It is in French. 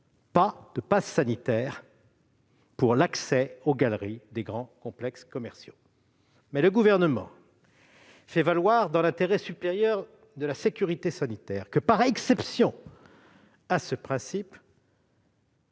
pas de passe sanitaire pour l'accès aux galeries des grands complexes commerciaux. Le Gouvernement fait valoir, dans l'intérêt supérieur de la sécurité sanitaire, qu'il est nécessaire, par exception à ce principe,